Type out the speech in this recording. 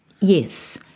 Yes